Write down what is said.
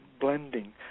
blending